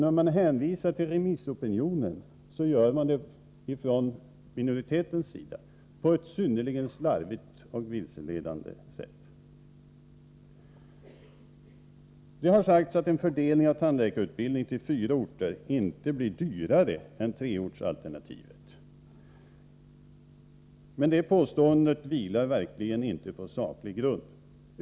Om man hänvisar till remissopinionen gör man det alltså ifrån minoritetens sida på ett synnerligen slarvigt och vilseledande sätt. Det har sagts att en fördelning av tandläkarutbildningen på fyra orter inte blir dyrare än treortsalternativet. Det påståendet vilar verkligen inte på saklig grund.